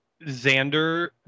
Xander